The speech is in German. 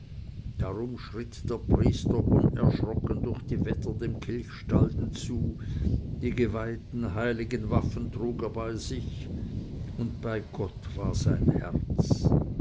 darum schritt der priester unerschrocken durch die wetter dem kilchstalden zu die geweihten heiligen waffen trug er bei sich und bei gott war sein herz